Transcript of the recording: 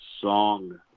song